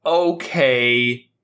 Okay